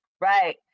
Right